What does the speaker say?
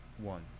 one